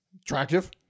attractive